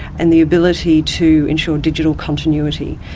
and the ability to ensure digital continuity.